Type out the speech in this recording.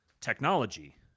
technology